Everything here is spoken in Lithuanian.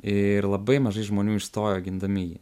ir labai mažai žmonių išstojo gindami jį